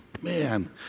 man